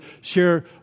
share